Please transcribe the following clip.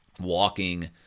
walking